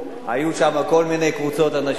היו שם כל מיני קבוצות אנשים.